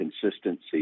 consistency